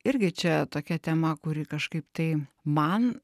irgi čia tokia tema kuri kažkaip tai man